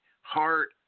heart